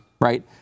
right